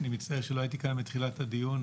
אני מצטער שלא הייתי כאן מתחילת הדיון,